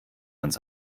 ans